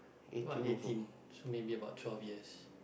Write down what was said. what eighteen so maybe about twelve years